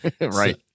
Right